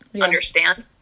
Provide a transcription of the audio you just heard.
understand